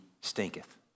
stinketh